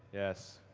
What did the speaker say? yes,